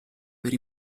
per